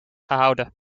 gehouden